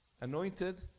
Anointed